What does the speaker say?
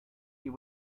you